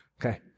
Okay